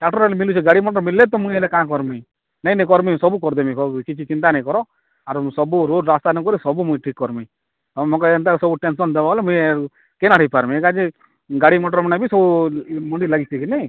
tractor ଆଜି ମିଲୁଛେ ଗାଡ଼ିମଟର ମିଲଲେ ତ ମୁଇଁ ହେଲେ କା କରମି ନାଇଁ ନାଇଁ କରମି ସବୁ କରିଦେମି ସବୁକିଛି ଚିନ୍ତା ନାଇଁ କର ଆରୁ ସବୁ ରୋଡ଼ ରାସ୍ତାନୁ କରି ସବୁ ମୁଇଁ ଠିକ କରମି ତମେ ଏନ୍ତା ସବୁ ଟେନସନ୍ ଦେବ ହେଲେ ମୁଇଁ ଆଉ କେନ୍ ଆଡ଼େ ପାର୍ମି ଏକା ଯେ ଗାଡ଼ିମଟର ମାନେ ବି ସବୁ ମଣ୍ଡି ଲାଗିଛି କିନି